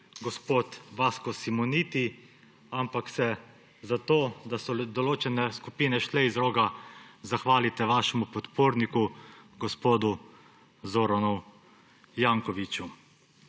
gospod Vasko Simoniti, ampak se za to, da so določene skupine šle iz Roga, zahvalite vašemu podporniku gospodu Zoranu Jankoviću.